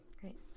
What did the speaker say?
Great